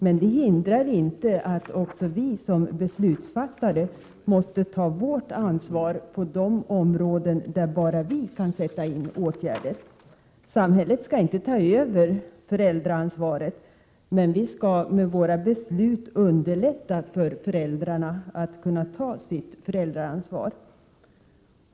Men det hindrar inte att också vi som beslutsfattare måste ta vårt ansvar på de områden där bara vi kan sätta in åtgärder. Samhället skall inte ta över föräldraansvaret, men vi skall med våra beslut underlätta för föräldrarna att ta sitt föräldraansvar.